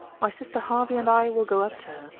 my sister hervey and i will go up to her,